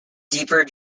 deeper